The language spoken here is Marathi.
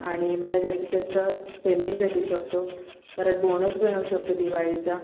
आणि मला जास्तीत जास्त पेमेंट भेटू शकतो परत बोणस मिळू शकतो दिवाळीचा